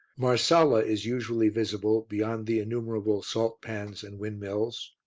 marsala is usually visible beyond the innumerable salt pans and windmills.